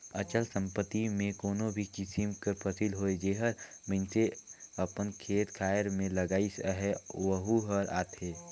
अचल संपत्ति में कोनो भी किसिम कर फसिल होए जेहर मइनसे अपन खेत खाएर में लगाइस अहे वहूँ हर आथे